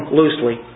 loosely